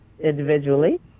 individually